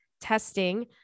testing